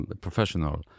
professional